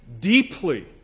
deeply